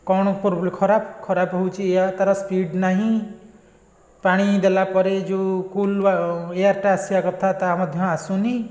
କ'ଣ ଖରାପ ଖରାପ ହେଉଛି ଏଇଆ ତାର ସ୍ପିଡ଼ ନାହିଁ ପାଣି ଦେଲାପରେ ଯେଉଁ କୁଲର ଏୟାରଟା ଆସିବା କଥା ତାହା ମଧ୍ୟ ଆସୁନି